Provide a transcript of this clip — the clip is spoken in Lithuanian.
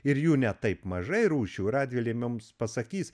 ir jų ne taip mažai rūšių radvilė mums pasakys